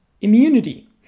immunity